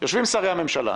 יושבים שרי הממשלה,